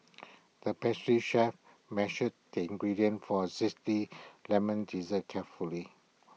the pastry chef measured the ingredients for A Zesty Lemon Dessert carefully